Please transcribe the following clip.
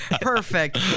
Perfect